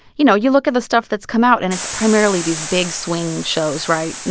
you know, you look at the stuff that's come out, and it's primarily these big-swing shows, right?